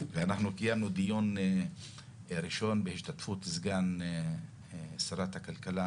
ואנחנו קיימנו דיון ראשון בהשתתפות סגן שרת הכלכלה,